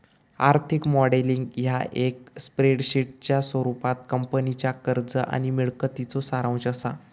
आर्थिक मॉडेलिंग ह्या एक स्प्रेडशीटच्या स्वरूपात कंपनीच्या खर्च आणि मिळकतीचो सारांश असा